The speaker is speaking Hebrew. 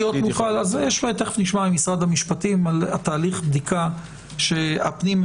תכף נשמע ממשרד המשפטים על תהליך הבדיקה הפנים-ממשלתי.